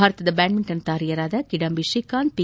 ಭಾರತದ ಬ್ಲಾಡ್ಸಿಂಟನ್ ತಾರೆಯರಾದ ಕಿಡಂಬಿ ಶ್ರೀಕಾಂತ್ ಪಿ